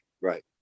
right